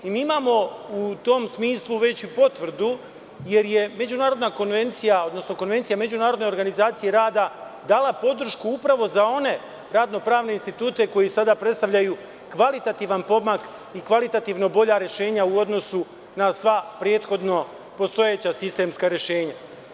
Mi u tom smislu već imamo potvrdu, jer je međunarodna konvencija, odnosno Konvencija Međunarodne organizacije rada dala podršku upravo za one radno-pravne institute koji sada predstavljaju kvalitativan pomak i kvalitativno bolja rešenja u odnosu na sva prethodno postojeća sistemska rešenja.